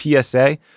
PSA